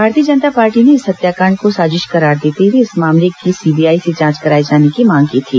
भारतीय जनता पार्टी ने इस हत्याकांड साजिश करार देते हुए इस मामले की सीबीआई से जांच कराए जाने की मांग की थी